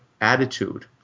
attitude